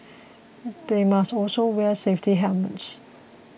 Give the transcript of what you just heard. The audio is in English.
they must also wear safety helmets